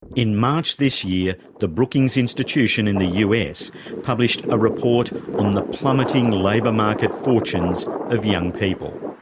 in march this year, the brookings institution in the us published a report on the plummeting labour market fortunes of young people.